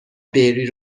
بری